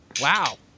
Wow